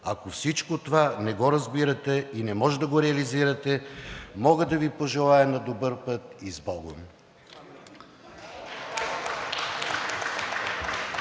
Ако всичко това не го разбирате и не може да го реализирате, мога да Ви пожелая: „На добър път и сбогом!“